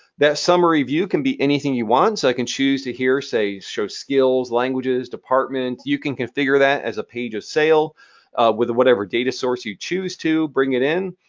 that summary view can be anything you want. so i can choose to here say show skills, languages, departments. you can configure that as a page in sail with whatever data source you choose to, bring it in,